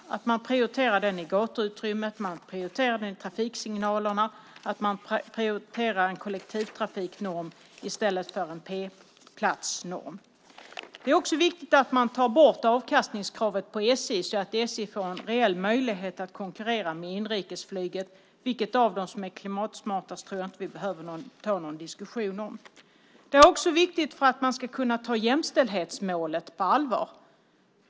Man måste prioritera den i gatuutrymmet och trafiksignalerna och prioritera en kollektivtrafiknorm i stället för en p-platsnorm. Det är också viktigt att man tar bort avkastningskravet på SJ så att SJ får en reell möjlighet att konkurrera med inrikesflyget. Vilket av dem som är klimatsmartast tror jag inte att vi behöver ta någon diskussion om. Det är också viktigt för att man ska kunna ta jämställdhetsmålet på allvar.